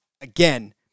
again